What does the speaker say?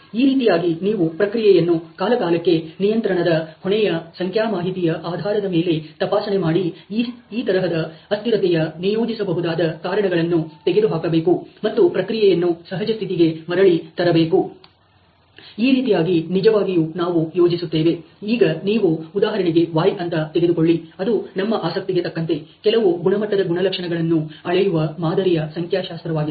ಈ ರೀತಿಯಾಗಿ ನೀವು ಪ್ರಕ್ರಿಯೆಯನ್ನು ಕಾಲಕಾಲಕ್ಕೆ ನಿಯಂತ್ರಣದ ಹೊಣೆಯ ಸಂಖ್ಯಾ ಮಾಹಿತಿಯ ಆಧಾರದ ಮೇಲೆ ತಪಾಸಣೆ ಮಾಡಿ ಈ ತರಹದ ಅಸ್ತಿರತೆಯ ನಿಯೋಜಿಸಬಹುದಾದ ಕಾರಣಗಳನ್ನು ತೆಗೆದುಹಾಕಬೇಕು ಮತ್ತು ಪ್ರಕ್ರಿಯೆಯನ್ನು ಸಹಜಸ್ಥಿತಿಗೆ ಮರಳಿ ತರಬೇಕು ಈ ರೀತಿಯಾಗಿ ನಿಜವಾಗಿಯೂ ನಾವು ಯೋಜಿಸುತ್ತೇವೆ ಈಗ ನೀವು ಉದಾಹರಣೆಗೆ y ಅಂತ ತೆಗೆದುಕೊಳ್ಳಿ ಅದು ನಮ್ಮ ಆಸಕ್ತಿಗೆ ತಕ್ಕಂತೆ ಕೆಲವು ಗುಣಮಟ್ಟದ ಗುಣಲಕ್ಷಣಗಳನ್ನು ಅಳೆಯುವ ಮಾದರಿಯ ಸಂಖ್ಯಾಶಾಸ್ತ್ರವಾಗಿದೆ